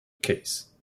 case